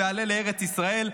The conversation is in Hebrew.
ואעלה לארץ ישראל,